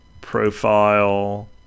profile